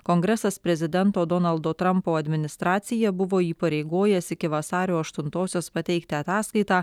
kongresas prezidento donaldo trampo administraciją buvo įpareigojęs iki vasario aštuntosios pateikti ataskaitą